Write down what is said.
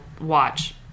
watch